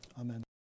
Amen